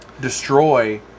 destroy